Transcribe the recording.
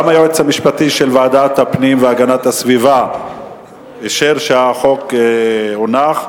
גם היועץ המשפטי של ועדת הפנים והגנת הסביבה אישר שהחוק הונח,